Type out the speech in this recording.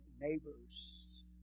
neighbors